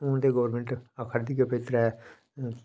हुन ते गौरमेंट आक्खा रदी ऐ भाई त्रै